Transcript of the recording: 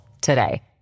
today